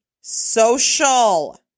social